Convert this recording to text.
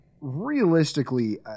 realistically